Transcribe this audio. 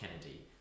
Kennedy